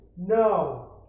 No